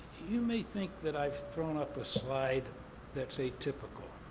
you may think that i've thrown up a slide that's atypical.